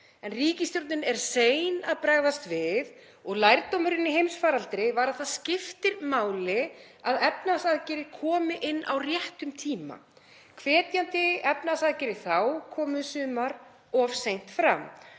en ríkisstjórnin er sein að bregðast við og lærdómurinn í heimsfaraldri var að það skiptir máli að efnahagsaðgerðir komi inn á réttum tíma. Hvetjandi efnahagsaðgerðir þá komu sumar of seint fram